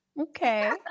Okay